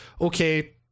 okay